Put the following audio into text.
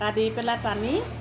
টকা দি পেলাই টানি